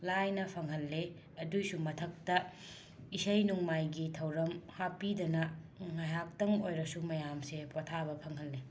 ꯂꯥꯏꯅ ꯐꯪꯍꯜꯂꯦ ꯑꯗꯨꯒꯤꯁꯨ ꯃꯊꯛꯇ ꯏꯁꯩ ꯅꯨꯡꯃꯥꯏꯒꯤ ꯊꯧꯔꯝ ꯍꯥꯞꯄꯤꯗꯅ ꯉꯥꯏꯍꯥꯛꯇꯪ ꯑꯣꯏꯔꯁꯨ ꯃꯌꯥꯝꯁꯦ ꯄꯣꯊꯥꯕ ꯐꯪꯍꯜꯂꯤ